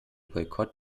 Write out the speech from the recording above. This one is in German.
boykott